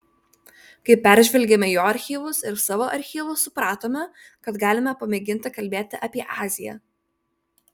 kai peržvelgėme jo archyvus ir savo archyvus supratome kad galime pamėginti kalbėti apie aziją